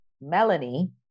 Melanie